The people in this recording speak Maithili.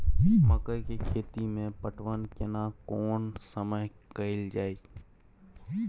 मकई के खेती मे पटवन केना कोन समय कैल जाय?